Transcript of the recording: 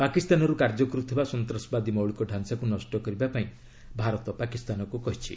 ପାକିସ୍ତାନରୁ କାର୍ଯ୍ୟ କରୁଥିବା ସନ୍ତାସବାଦୀ ମୌଳିକ ଢାଞ୍ଚାକୁ ନଷ୍ଟ କରିବା ପାଇଁ ଭାରତ ପାକିସ୍ତାନକୁ କହିଛି